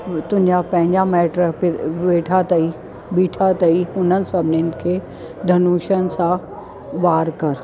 तुंहिंजा पंहिंजा माइट वेठा ताईं ॿीठा ताईं उन्हनि सभिनीनि खे धनुषनि सां वार कर